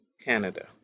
Canada